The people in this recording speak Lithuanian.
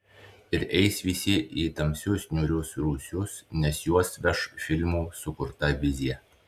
ir eis visi į tamsius niūrius rūsius nes juos veš filmų sukurta vizija